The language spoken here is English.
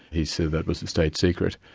he said that was a state secret,